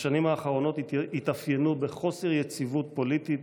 השנים האחרונות התאפיינו בחוסר יציבות פוליטית,